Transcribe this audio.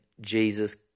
Jesus